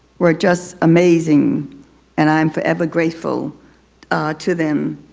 were just amazing and i'm forever grateful to them.